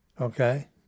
okay